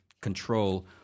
control